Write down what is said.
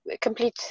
complete